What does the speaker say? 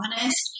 honest